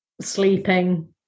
sleeping